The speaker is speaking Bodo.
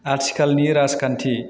आथिखालनि राजखान्थि